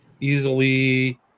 easily